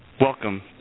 Welcome